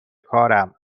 کارم